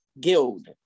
guild